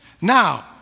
now